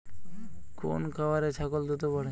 কোন খাওয়ারে ছাগল দ্রুত বাড়ে?